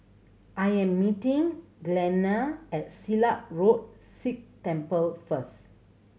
I am meeting Glenna at Silat Road Sikh Temple first